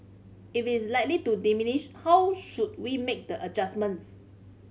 if is likely to diminish how should we make the adjustments